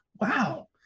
wow